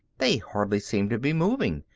they hardly seem to be moving.